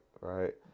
right